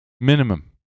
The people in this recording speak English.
minimum